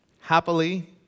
happily